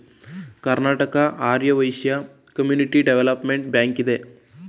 Karnataka Arya Vysya community development bank ಇದೆ